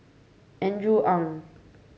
Andrew Ang